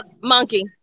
monkey